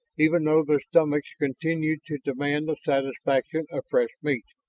even though their stomachs continued to demand the satisfaction of fresh meat.